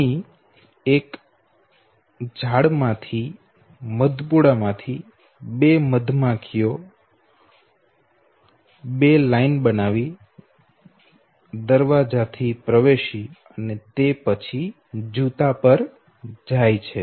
અહી એક ઝાડમાંથી મધપૂડામાંથી 2 મધમાખીઓ બે લાઈન બનાવી દરવાજા થી પ્રવેશી અને તે પછી જૂતા પર જાય છે